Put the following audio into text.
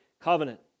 covenant